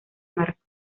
marko